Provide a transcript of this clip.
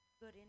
good